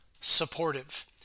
supportive